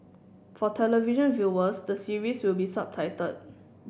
for television viewers the series will be subtitled